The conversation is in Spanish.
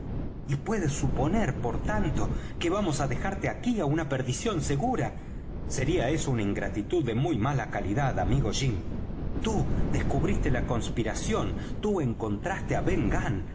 y puedes suponer por tanto que vamos á dejarte aquí á una perdición segura sería eso una gratitud de muy mala calidad amigo jim tú descubriste la conspiración tú encontraste á